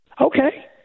Okay